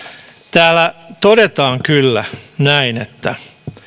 täällä todetaan kyllä näin